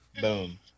Boom